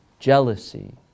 Jealousy